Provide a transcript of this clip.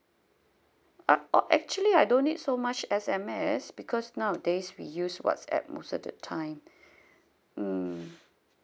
up or actually I don't need so much S_M_S because nowadays we use whatsapp most of the time mm